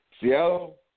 Seattle